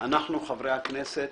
אנחנו חברי הכנסת